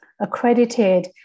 accredited